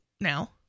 now